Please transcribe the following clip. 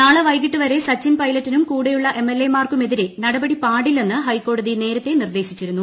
നാളെ വൈകിട്ട് വരെ സച്ചിൻപൈലറ്റിനും കൂടെയുള്ള എംഎൽഎമാർക്കുമെതിരെ നടപടി പാടില്ലെന്ന് ഹൈക്കോടതി നേരത്തെ നിർദേശിച്ചിരുന്നു